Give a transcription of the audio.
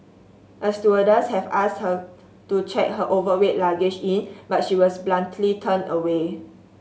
a stewardess had asked her to check her overweight luggage in but she was bluntly turned away